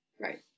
right